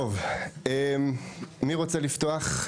מי רוצה לפתוח?